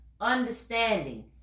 understanding